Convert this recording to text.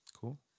Cool